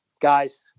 guys